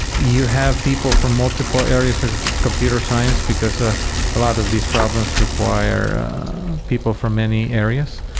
you have people from multiple areas of computer science because a lot of these problems require people from many areas.